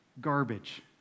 Garbage